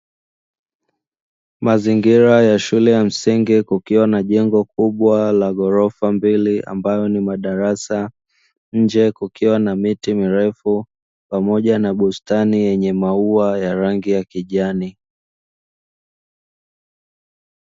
Mazingira ya shule ya msingi kukiwa na jengo kubwa la gorofa mbele, ambayo ni madarasa, nje kukiwa na miti mirefu pamoja na bustani yenye maua ya rangi ya kijani.